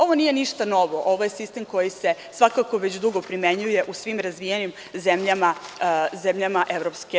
Ovo nije ništa novo, ovo je sistem koji se svakako već dugo primenjuje u svim razvijenim zemljama EU.